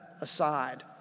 aside